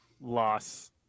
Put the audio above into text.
loss